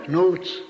notes